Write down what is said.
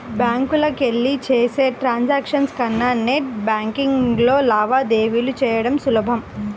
బ్యాంకులకెళ్ళి చేసే ట్రాన్సాక్షన్స్ కన్నా నెట్ బ్యేన్కింగ్లో లావాదేవీలు చెయ్యడం సులభం